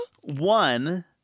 One